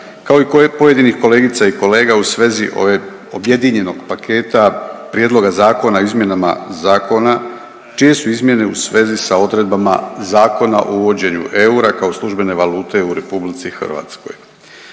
kao i pojedinih kolegica i kolega u svezi ovog objedinjenog paketa prijedloga zakona o izmjenama zakona čije su izmjene u svezi sa odredbama Zakona o uvođenju eura kao službene valute u Republici Hrvatskoj.